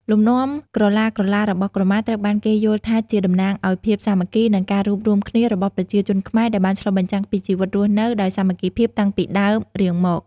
លំនាំក្រឡាៗរបស់ក្រមាត្រូវបានគេយល់ថាជាតំណាងឱ្យភាពសាមគ្គី និងការរួបរួមគ្នារបស់ប្រជាជនខ្មែរ ដែលបានឆ្លុះបញ្ចាំងពីជីវិតរស់នៅដោយសាមគ្គីភាពតាំងពីដើមរៀងមក។